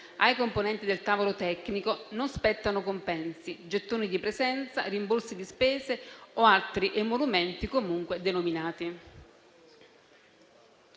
Ai componenti del tavolo tecnico non spettano compensi, gettoni di presenza, rimborsi di spese o altri emolumenti comunque denominati.».